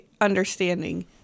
understanding